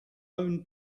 own